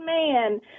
man